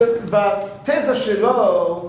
והתזה שלו...